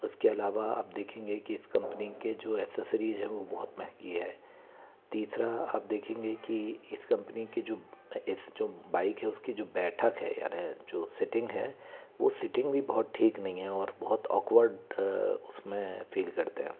उसके अलावा आप देखेंगे कि इस कम्पनी के जो एसेसिरीज हैं वो बहुत महंगी है तीसरा आप देखेंगे कि इस कम्पनी के जो ऐसे जो बाइक है उसकी जो बैठक है अरे जो सेटिंग है वो सेटिंग भी बहुत ठीक नहीं है और बहुत ओकवर्ड उसमें फ़ील करते हैं